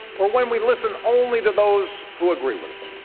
or when we listen only to those who agree with